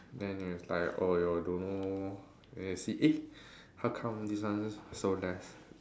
then there is like oh you don't know and then you see eh how come this one so less